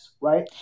right